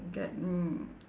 get m~